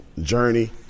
journey